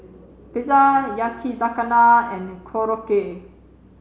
pizza Yakizakana and Korokke